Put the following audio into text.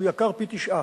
הוא יקר פי-תשעה.